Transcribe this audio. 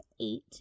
eight